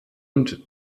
und